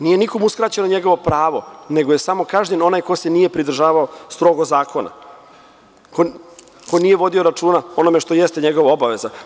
Nije nikome uskraćeno njegovo pravo, nego je samo kažnjen onaj koji se nije pridržavao strogo zakona, ko nije vodio računa o onome što jeste njegova obaveza.